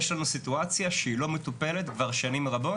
יש לנו סיטואציה שהיא לא מטופלת כבר שנים רבות,